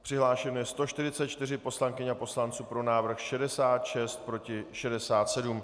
Přihlášeno je 144 poslankyň a poslanců, pro návrh 66, proti 67.